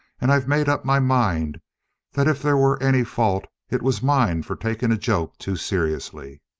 and i've made up my mind that if there were any fault it was mine for taking a joke too seriously.